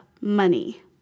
money